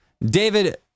David